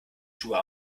schuhe